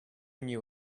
knew